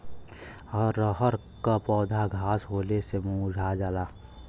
रहर क पौधा घास होले से मूरझा जाला